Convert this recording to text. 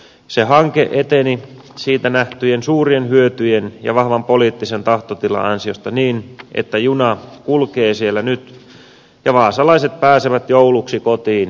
se hanke eteni siinä nähtyjen suurien hyötyjen ja vahvan poliittisen tahtotilan ansiosta niin että juna kulkee siellä nyt ja vaasalaiset pääsevät jouluksi kotiin pendolinolla